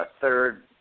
third